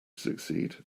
succeed